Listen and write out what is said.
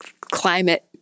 climate